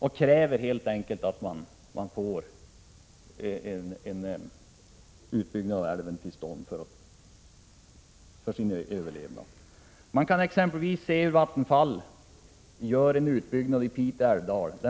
De kräver helt enkelt att de för sin överlevnad får till stånd en utbyggnad av älven. Man kan exempelvis se på Vattenfalls utbyggnad i Pite älvdal.